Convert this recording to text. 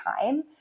time